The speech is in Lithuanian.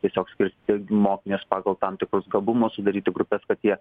tiesiog skirstyti mokinius pagal tam tikrus gabumus sudaryti grupes kad jie